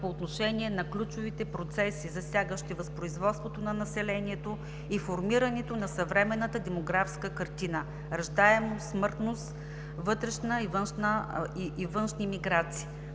по отношение на ключовите процеси, засягащи възпроизводството на населението и формирането на съвременната демографска картина – раждаемост, смъртност, вътрешна и външна миграция,